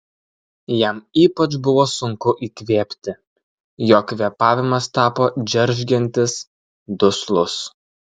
jam ypač buvo sunku įkvėpti jo kvėpavimas tapo džeržgiantis duslus